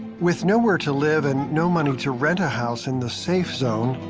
with nowhere to live and no money to rent a house in the safe zone,